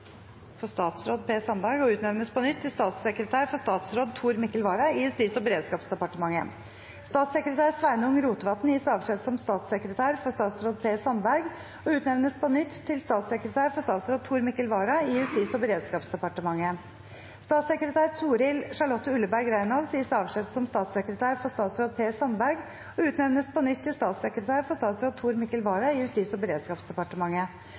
for statsråd Per Sandberg og utnevnes på nytt til statssekretær for statsråd Tor Mikkel Vara i Justis- og beredskapsdepartementet. Statssekretær Sveinung Rotevatn gis avskjed som statssekretær for statsråd Per Sandberg og utnevnes på nytt til statssekretær for statsråd Tor Mikkel Vara i Justis- og beredskapsdepartementet. Statssekretær Toril Charlotte Ulleberg Reynolds gis avskjed som statssekretær for statsråd Per Sandberg og utnevnes på nytt til statssekretær for statsråd Tor Mikkel Vara i Justis- og beredskapsdepartementet.